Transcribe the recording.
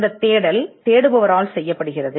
இந்த தேடல் தேடுபவரால் செய்யப்படுகிறது